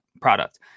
product